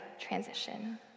transition